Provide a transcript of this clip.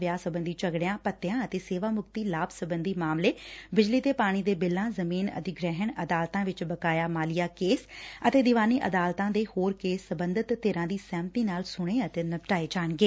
ਵਿਆਹ ਸਬੰਧੀ ਝਗੜਿਆਂ ਭੱਤਿਆਂ ਅਤੇ ਸੇਵਾ ਮੁਕਤੀ ਲਾਭ ਸਬੰਧੀ ਮਾਮਲੇ ਬਿਜਲੀ ਤੇ ਪਾਣੀ ਦੇ ਬਿੱਲਾਂ ਜ਼ਮੀਨ ਅਧਿਗੁਹਿਣ ਅਦਾਲਤ ਵਿਚ ਬਕਾਇਆ ਮਾਲੀਆ ਕੇਸ ਅਤੇ ਦੀਵਾਨੀ ਅਦਾਲਤਾਂ ਦੇ ਹੋਰ ਕੇਸ ਸਬੰਧਤ ਧਿਰਾਂ ਦੀ ਸਹਿਮਤੀ ਨਾਲ ਸੁਣੇ ਅਤੇ ਨਿਪਟਾਰੇ ਜਾਣਗੇ